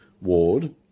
ward